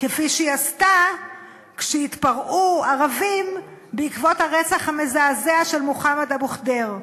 כפי שהיא עשתה כשהתפרעו ערבים בעקבות הרצח המזעזע של מוחמד אבו ח'דיר.